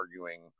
arguing